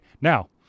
Now